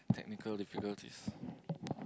technical difficulties